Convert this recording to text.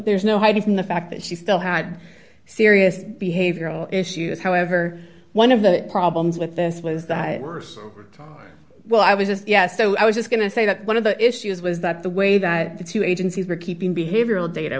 there's no hiding from the fact that she still had serious behavioral issues however one of the problems with this was that well i was just yeah so i was just going to say that one of the issues was that the way that the two agencies were keeping behavioral data